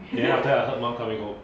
then after that I heard mum coming home